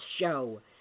show